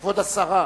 כבוד השרה.